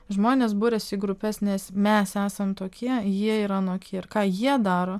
žmonės buriasi į grupes nes mes esam tokie jie yra nuogi ir ką jie daro